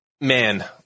man